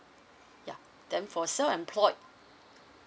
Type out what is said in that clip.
ya then for self employed